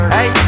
Hey